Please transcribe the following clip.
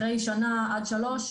אחרי שנה עד שלוש,